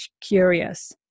curious